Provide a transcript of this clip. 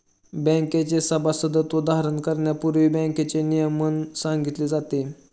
बँकेचे सभासदत्व धारण करण्यापूर्वी बँकेचे नियमन सांगितले जाते